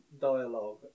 dialogue